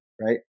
right